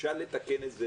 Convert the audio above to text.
אפשר לתקן את זה.